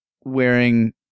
wearing